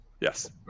Yes